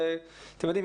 אתם יודעים,